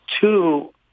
Two